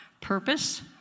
purpose